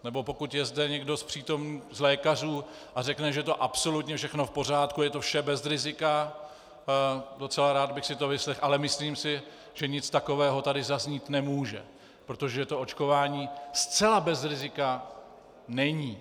Nebo pokud je zde někdo z lékařů a řekne, že to je absolutně všechno v pořádku a je to vše bez rizika, docela rád bych si to vyslechl, ale myslím si, že nic takového tady zaznít nemůže, protože to očkování zcela bez rizika není.